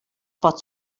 pot